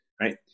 right